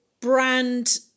brand